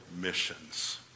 missions